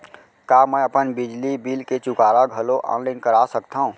का मैं अपन बिजली बिल के चुकारा घलो ऑनलाइन करा सकथव?